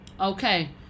Okay